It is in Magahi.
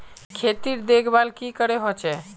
खेतीर देखभल की करे होचे?